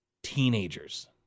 Teenagers